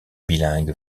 bilingue